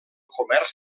comerç